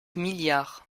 milliards